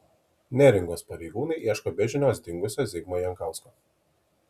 neringos pareigūnai ieško be žinios dingusio zigmo jankausko